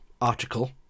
article